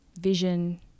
vision